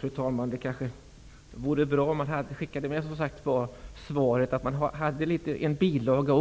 Fru talman! Det vore kanske bra att man tillsammans med svaret skickade med en bilaga